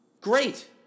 Great